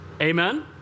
Amen